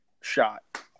shot